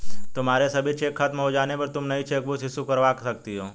तुम्हारे सभी चेक खत्म हो जाने पर तुम नई चेकबुक इशू करवा सकती हो